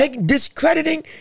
discrediting